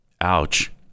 Ouch